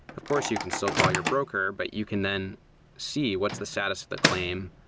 of course you can still call your broker, but you can then see what's the status of the claim.